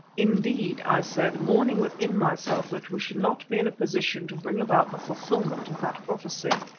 indeed, i said, mourning within myself that we should not be in a position to bring about the fulfilment of that prophecy,